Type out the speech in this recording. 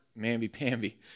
mamby-pamby